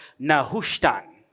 Nahushtan